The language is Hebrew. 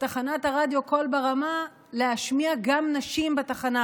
תחנת הרדיו קול ברמה להשמיע גם נשים בתחנה,